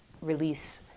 release